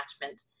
attachment